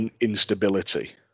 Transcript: instability